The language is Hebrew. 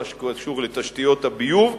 מה שקורה בתשתיות הביוב.